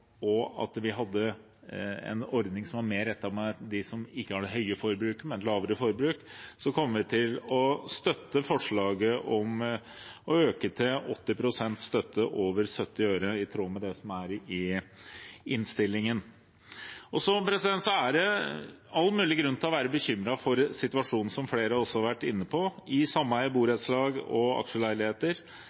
at vi fikk en ordning som var mer rettet mot dem som ikke har et høyt forbruk, men et lavere forbruk, kommer vi til å støtte forslaget om å øke til 80 pst. støtte over 70 øre, i tråd med innstillingen. Det er all mulig grunn til å være bekymret for situasjonen i sameier, borettslag og aksjeleiligheter som har felles målt forbruk, som flere også vært inne på. Det er viktig at ordningene kommer på plass, og